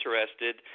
interested